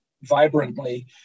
vibrantly